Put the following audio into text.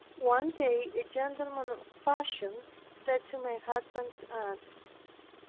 one day a gentleman of fashion said to my husband's aunt,